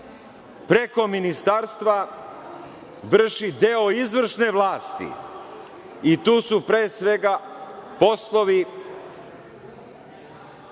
preko ministarstva vrši deo izvršne vlasti i tu su pre svega poslovi